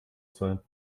sein